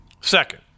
Second